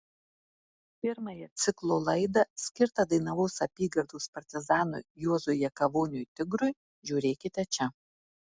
pirmąją ciklo laidą skirtą dainavos apygardos partizanui juozui jakavoniui tigrui žiūrėkite čia